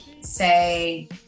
say